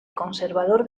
conservador